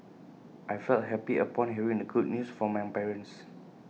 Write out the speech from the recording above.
I felt happy upon hearing the good news from my parents